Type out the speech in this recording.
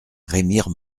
remire